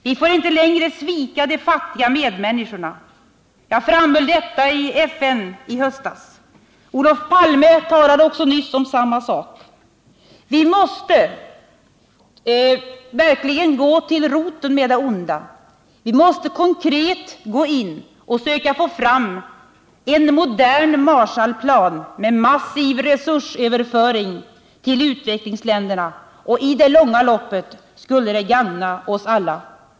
Vi får inte längre svika de fattiga medmänniskorna. Jag framhöll detta i FN i höstas. Olof Palme talade nyss om samma sak. Vi måste verkligen gå till roten med det onda. Vi måste konkret gå in och söka få fram en modern Marshallplan med massiv resursöverföring till utvecklingsländerna. I det långa loppet skulle det gagna oss alla.